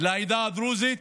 לעדה הדרוזית